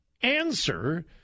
answer